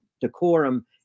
decorum